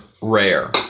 rare